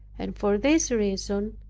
and for this reason,